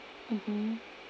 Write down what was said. mmhmm